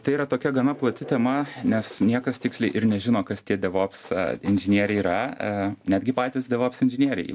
tai yra tokia gana plati tema nes niekas tiksliai ir nežino kas tie devops inžinieriai yra netgi patys devops inžinieriai